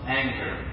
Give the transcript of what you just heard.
anger